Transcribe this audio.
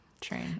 train